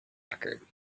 record